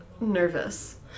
nervous